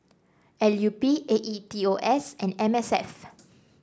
L U P A E T O S and M S F